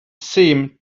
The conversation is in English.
seem